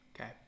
Okay